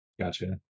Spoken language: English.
Gotcha